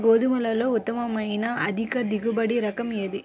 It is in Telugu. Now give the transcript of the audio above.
గోధుమలలో ఉత్తమమైన అధిక దిగుబడి రకం ఏది?